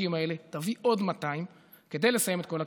האלה ותביא עוד 200 כדי לסיים את כל הכביש.